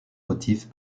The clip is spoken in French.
motifs